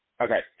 Okay